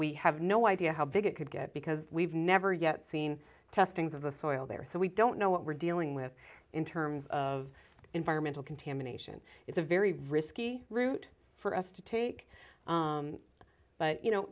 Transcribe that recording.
we have no idea how big it could get because we've never yet seen testings of the soil there so we don't know what we're dealing with in terms of environmental contamination it's a very risky route for us to take but you know